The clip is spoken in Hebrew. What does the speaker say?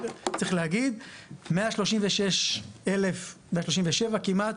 צריך להגיד 136,000, 137 כמעט,